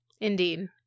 Indeed